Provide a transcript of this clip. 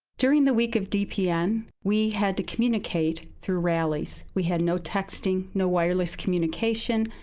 during the week of dpn, we had to communicate through rallies. we had no texting, no wireless communication,